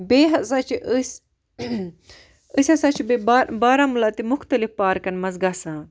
بیٚیہِ ہَسا چھِ أسۍ أسۍ ہَسا چھِ بیٚیہِ بارہمُلہ تہِ مُختلِف پارکَن مَنٛز گَژھان